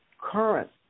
current